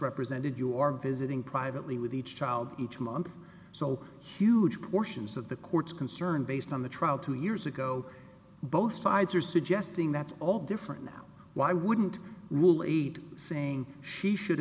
represented you are visiting privately with each child each month so huge portions of the court's concern based on the trial two years ago both sides are suggesting that's all different now why wouldn't rule eight saying she should